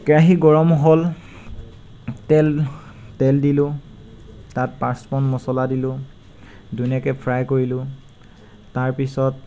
কেৰাহী গৰম হ'ল তেল তেল দিলোঁ তাত পাঁচ ফোৰণ মছলা দিলোঁ ধুনীয়াকৈ ফ্ৰাই কৰিলোঁ তাৰপিছত